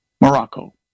morocco